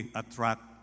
attract